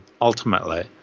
ultimately